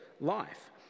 life